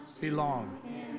belong